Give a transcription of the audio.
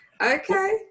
Okay